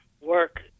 work